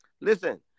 listen